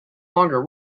longer